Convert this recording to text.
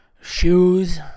shoes